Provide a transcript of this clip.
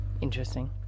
Interesting